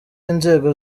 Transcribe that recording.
inzego